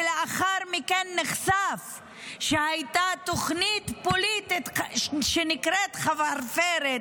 ולאחר מכן נחשף שהייתה תוכנית פוליטית שנקראת חפרפרת,